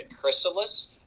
Chrysalis